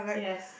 yes